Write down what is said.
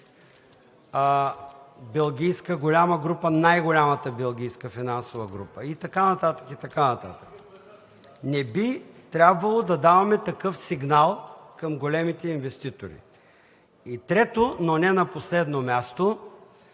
белгийска голяма група – най-голямата белгийска финансова група, и така нататък, и така нататък. Не би трябвало да даваме такъв сигнал към големите инвеститори. И трето, но не на последно място,